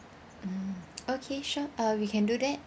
mm okay sure uh we can do that